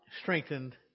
strengthened